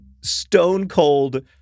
stone-cold